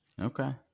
okay